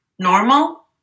normal